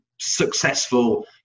successful